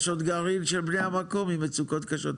יש עוד גרעין של בני המקום עם מצוקות קשות.